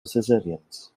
cesareans